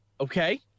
Okay